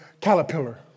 caterpillar